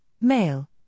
male